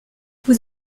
vous